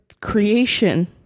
creation